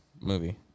movie